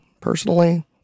personally